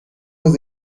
was